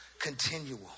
continual